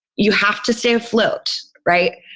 you have to stay afloat. right?